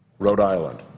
rhode island.